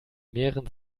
mehren